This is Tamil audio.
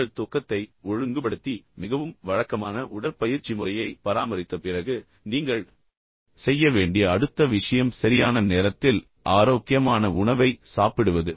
உங்கள் தூக்கத்தை ஒழுங்குபடுத்தி மிகவும் வழக்கமான உடற்பயிற்சி முறையை பராமரித்த பிறகு நீங்கள் செய்ய வேண்டிய அடுத்த விஷயம் அடுத்த விஷயம் சரியான நேரத்தில் ஆரோக்கியமான உணவை சாப்பிடுவது